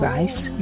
Rice